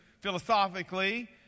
philosophically